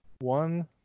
one